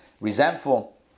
resentful